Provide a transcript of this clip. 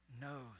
knows